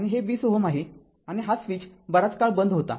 आणि हे २० Ω आहे आणि हा स्विच बराच काळ बंद होता